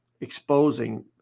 exposing